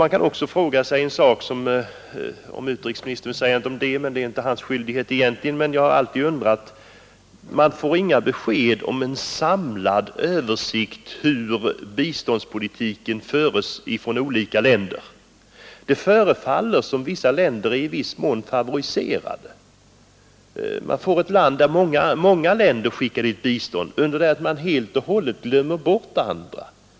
Man kan också fråga sig en annan sak, som utrikesministern inte sagt någonting om. Man får inget besked om eller någon samlad översikt över hur biståndspolitiken förs av olika länder. Det förefaller som om vissa länder i viss mån favoriserades. Till några u-länder skickar sålunda många länder bistånd, under det att man helt och hållet glömmer bort andra.